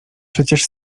przecież